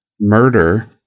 murder